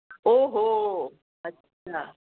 او ہو اچھا